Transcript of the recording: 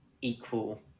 equal